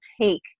take